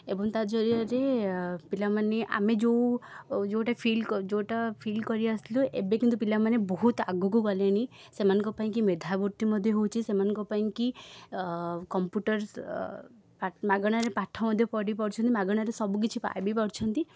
ଏବଂ ତା' ଜରିଆରେ ପିଲାମାନେ ଆମେ ଯେଉଁ ଓ ଯେଉଁଟା ଫିଲ୍ କ ଯେଉଁଟା ଫିଲ୍ କରି ଆସଥିଲୁ ଏବେ କିନ୍ତୁ ପିଲାମାନେ ବହୁତ ଆଗକୁ ଗଲେଣି ସେମାନଙ୍କ ପାଇଁକି ମେଧାବୃତ୍ତି ମଧ୍ୟ ହେଉଛି ସେମାନଙ୍କ ପାଇଁକି କମ୍ପ୍ୟୁଟର ମାଗଣାରେ ପାଠ ମଧ୍ୟ ପଢ଼ି ପାରୁଛନ୍ତି ମାଗଣାରେ ସବୁ କିଛି ପାଇବିପାରୁଛନ୍ତି